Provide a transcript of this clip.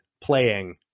playing